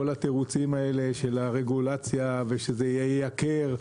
כל התירוצים של הרגולציה ושזה ייקר,